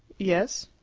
yes.